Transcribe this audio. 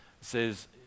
Says